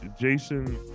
Jason